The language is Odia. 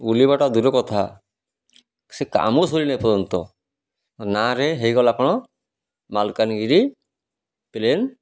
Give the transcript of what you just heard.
ବୁଲିବାଟା ଦୂର କଥା ସେ କାମ ସରିନି ଏ ପର୍ଯ୍ୟନ୍ତ ନାଁରେ ହେଇଗଲା କ'ଣ ମାଲକାନଗିରି ପ୍ଲେନ୍